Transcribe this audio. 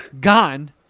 gone